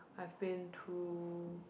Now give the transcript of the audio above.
I've been to